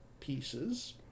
pieces